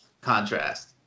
contrast